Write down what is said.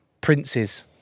Prince's